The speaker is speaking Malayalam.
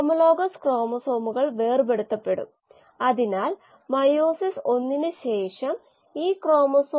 അതിനാൽ കോശങ്ങളുടെ വർദ്ധനവ് കൾച്ചർ വളർച്ച അല്ലെങ്കിൽ വെറുതെ വളർച്ച എന്നിവയെല്ലാം ഒരേ കാര്യം അർത്ഥമാക്കുന്നു